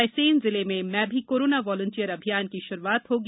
रायसेन जिले में मैं भी कोरोना वॉलेंटियर अभियान की श्रुआत होगी